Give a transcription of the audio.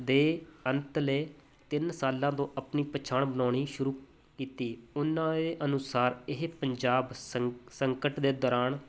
ਦੇ ਅੰਤਲੇ ਤਿੰਨ ਸਾਲਾਂ ਤੋਂ ਆਪਣੀ ਪਛਾਣ ਬਣਾਉਣੀ ਸ਼ੁਰੂ ਕੀਤੀ ਉਹਨਾਂ ਦੇ ਅਨੁਸਾਰ ਇਹ ਪੰਜਾਬ ਸਨ ਸੰਕਟ ਦੇ ਦੌਰਾਨ